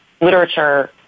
literature